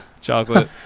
Chocolate